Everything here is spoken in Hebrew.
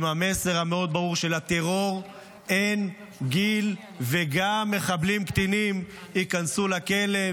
עם המסר המאוד-ברור שלטרור אין גיל וגם מחבלים קטינים ייכנסו לכלא,